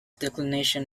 declination